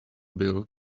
bill